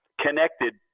connected